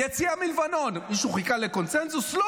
היציאה מלבנון, מישהו חיכה לקונסנזוס?